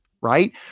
right